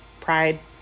pride